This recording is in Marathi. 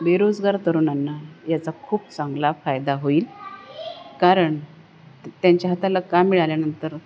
बेरोजगार तरुणांना याचा खूप चांगला फायदा होईल कारण त्यांच्या हाताला काम मिळाल्यानंतर